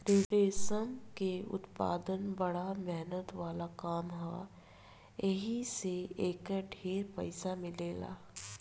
रेशम के उत्पदान बड़ा मेहनत वाला काम ह एही से एकर ढेरे पईसा मिलेला